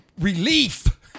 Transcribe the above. relief